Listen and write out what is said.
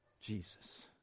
Jesus